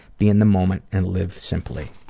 be in the moment and live simply.